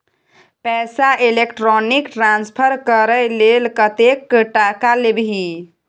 पैसा electronic transfer करय लेल कतेक टका लेबही